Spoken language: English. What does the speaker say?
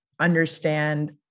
understand